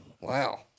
Wow